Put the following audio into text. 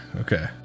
Okay